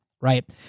right